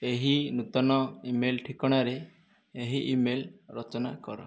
ଏହି ନୂତନ ଇମେଲ୍ ଠିକଣାରେ ଏହି ଇମେଲ୍ ରଚନା କର